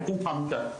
זה ממש אלמנטרי.